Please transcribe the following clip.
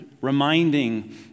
reminding